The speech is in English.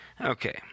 Okay